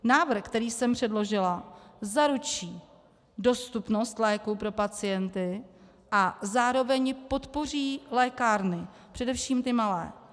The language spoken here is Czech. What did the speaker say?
Návrh, který jsem předložila, zaručí dostupnost léků pro pacienty a zároveň podpoří lékárny, především ty malé.